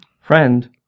friend